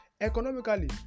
Economically